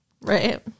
Right